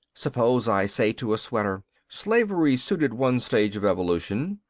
suppose i say to a sweater, slavery suited one stage of evolution.